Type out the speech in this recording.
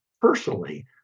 personally